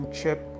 Chip